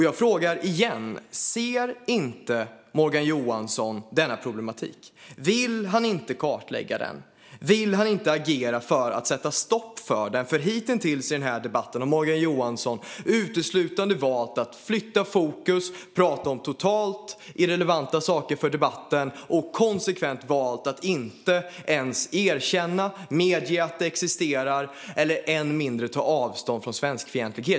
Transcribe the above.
Jag frågar igen: Ser inte Morgan Johansson denna problematik? Vill han inte kartlägga den? Vill han inte agera för att sätta stopp för den? Hittills i denna debatt har Morgan Johansson uteslutande valt att flytta fokus, prata om för debatten totalt irrelevanta saker och konsekvent låta bli att erkänna att svenskfientlighet ens existerar - än mindre tar han avstånd från den.